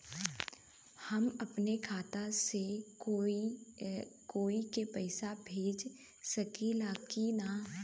हम अपने खाता से कोई के पैसा भेज सकी ला की ना?